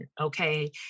Okay